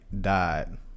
died